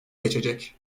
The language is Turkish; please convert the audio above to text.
geçecek